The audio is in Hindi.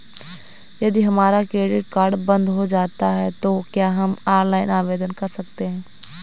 यदि हमारा क्रेडिट कार्ड बंद हो जाता है तो क्या हम ऑनलाइन आवेदन कर सकते हैं?